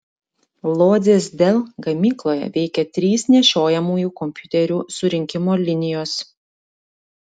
lodzės dell gamykloje veikia trys nešiojamųjų kompiuterių surinkimo linijos